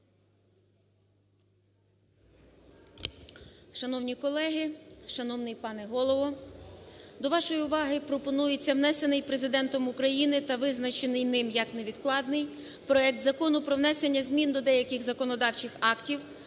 Шановні колеги! Шановний пане Голово! До вашої уваги пропонується внесений Президентом України та визначений ним як невідкладний проект Закону про внесення змін до деяких законодавчих актів